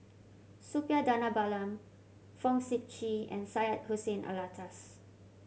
Suppiah Dhanabalan Fong Sip Chee and Syed Hussein Alatas